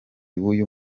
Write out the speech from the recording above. b’uyu